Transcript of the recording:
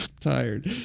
Tired